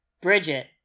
Bridget